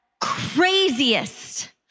craziest